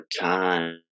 Time